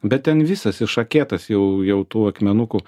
bet ten visas išakėtas jau jau tų akmenukų